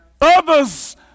others